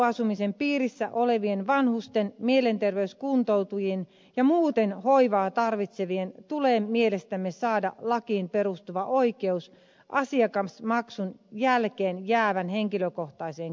palveluasumisen piirissä olevien vanhusten mielenterveyskuntoutujien ja muuten hoivaa tarvitsevien tulee mielestämme saada lakiin perustuva oikeus asiakasmaksun jälkeenjäävään henkilökohtaiseen käyttövaraan